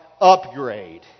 upgrade